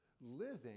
living